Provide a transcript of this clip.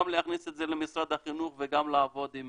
גם להכניס את זה למשרד החינוך וגם לעבוד עם